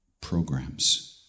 programs